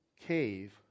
cave